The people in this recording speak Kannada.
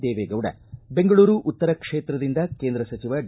ದೇವೇಗೌಡ ಬೆಂಗಳೂರು ಉತ್ತರ ಕ್ಷೇತ್ರದಿಂದ ಕೇಂದ್ರ ಸಚಿವ ಡಿ